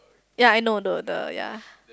ya I know the the ya